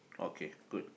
okay good